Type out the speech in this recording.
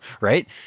right